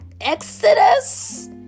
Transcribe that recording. exodus